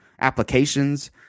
applications